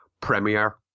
Premiere